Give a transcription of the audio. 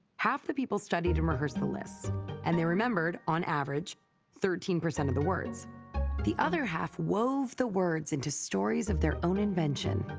half the people studied and rehearsed the lists and they remembered on average thirteen percent of the words the other half wove the words into stories of their own invention,